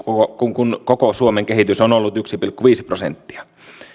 kun kun koko suomen kehitys on ollut yksi pilkku viisi prosenttia